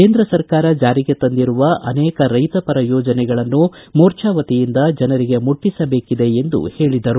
ಕೇಂದ್ರ ಸರ್ಕಾರ ಜಾರಿಗೆ ತಂದಿರುವ ಅನೇಕ ರೈತ ಪರ ಯೋಜನೆಗಳನ್ನು ಮೋರ್ಚಾ ವತಿಯಿಂದ ಜನರಿಗೆ ಮುಟ್ಟಿಸಬೇಕಿದೆ ಎಂದು ಹೇಳದರು